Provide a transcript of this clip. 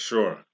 Sure